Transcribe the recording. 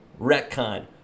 retcon